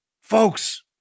Folks